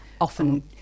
often